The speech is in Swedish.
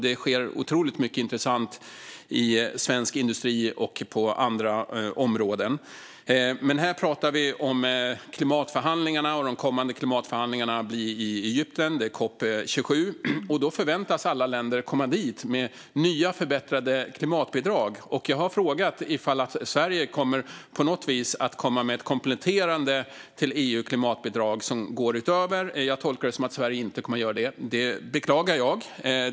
Det sker otroligt mycket intressant i svensk industri och på andra områden. Här pratar vi dock om klimatförhandlingarna. De kommande klimatförhandlingarna, COP 27, blir i Egypten, och då förväntas alla länder komma dit med nya, förbättrade klimatbidrag. Jag har frågat om Sverige kommer att komma med ett kompletterande klimatbidrag som går utöver EU:s. Jag tolkar klimatministern som att Sverige inte kommer att göra det, och det beklagar jag.